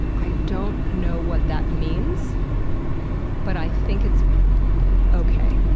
i don't know what that means but i think it's okay.